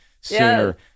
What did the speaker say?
sooner